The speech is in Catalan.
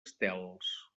estels